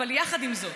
עם זאת,